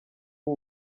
w’u